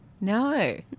no